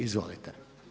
Izvolite.